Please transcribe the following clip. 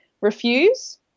refuse